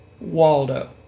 Waldo